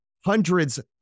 hundreds